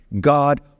God